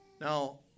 Now